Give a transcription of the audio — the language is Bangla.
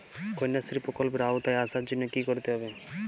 কন্যাশ্রী প্রকল্পের আওতায় আসার জন্য কী করতে হবে?